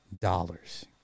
dollars